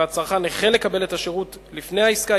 והצרכן החל לקבל את השירות לפני העסקה,